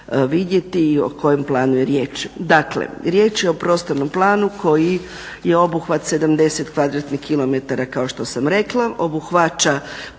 i o kojem planu je riječ. Dakle, riječ je o prostornom planu koji je obuhvat 70 kvadratnih km kao što sam rekla, obuhvaća